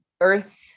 earth